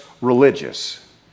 religious